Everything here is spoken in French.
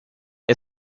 est